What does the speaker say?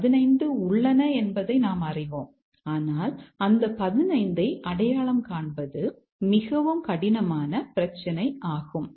15 உள்ளன என்பதை நாம் அறிவோம் ஆனால் அந்த 15 ஐ அடையாளம் காண்பது மிகவும் கடினமான பிரச்சினை ஆகும்